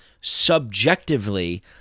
subjectively